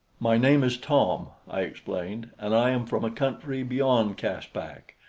my name is tom, i explained, and i am from a country beyond caspak.